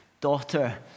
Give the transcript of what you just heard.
daughter